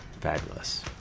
fabulous